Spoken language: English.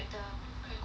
cray~ cookie